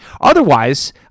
Otherwise